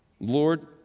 Lord